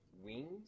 wings